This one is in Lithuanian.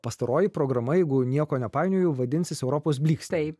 pastaroji programa jeigu nieko nepainioju vadinsis europos blykstėje